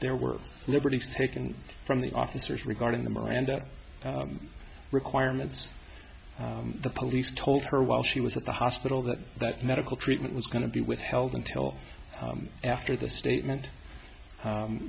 there were liberties taken from the officers regarding the miranda requirements the police told her while she was at the hospital that that medical treatment was going to be withheld until after the statement